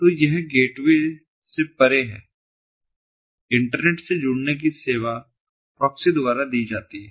तो यह गेटवे से परे है और इंटरनेट से जुड़ने की सेवा प्रॉक्सी द्वारा दी जाती है